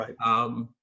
Right